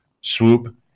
swoop